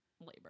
labor